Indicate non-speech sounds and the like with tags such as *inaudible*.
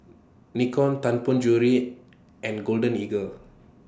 *noise* Nikon Tianpo Jewellery and Golden Eagle